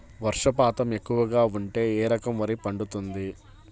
వర్షపాతం ఎక్కువగా ఉంటే ఏ రకం వరి పండుతుంది?